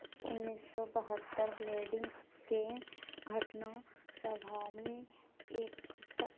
उनैस सओ बहत्तरि लेडिन्सके घटना सभामे एक टा